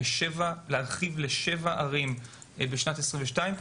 להרחיב את זה ל-7 ערים בשנת 2022,